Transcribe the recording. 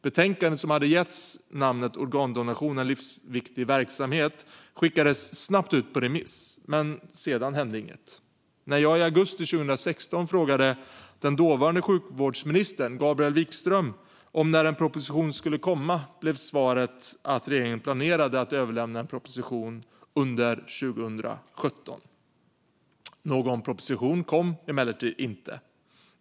Betänkandet, som hade getts namnet Organdonation - en livsviktig verksamhet , skickades snabbt ut på remiss, men sedan hände inget. När jag i augusti 2016 frågade den dåvarande sjukvårdsministern, Gabriel Wikström, när en proposition skulle komma blev svaret att regeringen planerade att överlämna en proposition under 2017. Någon proposition kom emellertid inte.